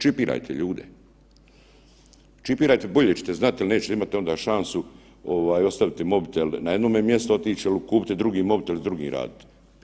Čipirajte ljude, čipirajte, bolje ćete znati jer nećete imati onda šansu ostaviti mobitel na jednome mjestu i otići kupiti drugi mobitel i s drugim raditi.